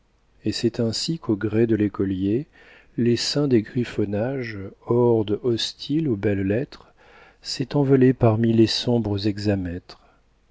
et c'est ainsi qu'au gré de l'écolier l'essaim des griffonnages horde hostile aux belles-lettres s'est envolé parmi les sombres